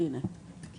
שם 22 פרקים.